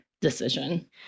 decision